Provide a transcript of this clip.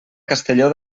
castelló